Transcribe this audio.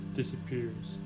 disappears